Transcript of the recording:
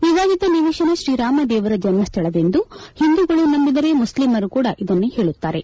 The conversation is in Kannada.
ವಿವಾದಿತ ನಿವೇಶನ ತ್ರೀರಾಮ ದೇವರ ಜನ್ಹ್ವಳವೆಂದು ಹಿಂದೂಗಳು ನಂಬಿದರೆ ಮುಸ್ಲಿಮರು ಕೂಡ ಇದನ್ನೇ ಹೇಳುತ್ತಾರೆ